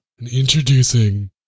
Introducing